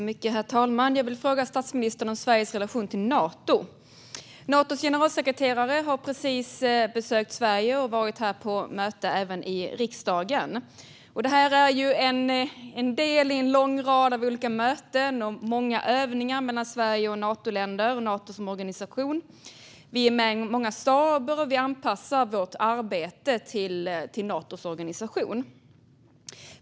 Herr talman! Jag vill fråga statsministern om Sveriges relation till Nato. Natos generalsekreterare har precis besökt Sverige och även varit här i riksdagen på möte. Detta är en del i en lång rad möten och övningar mellan Sverige och Natoländer och Nato som organisation. Vi är med i många staber, och vi anpassar vårt arbete till Natos organisation.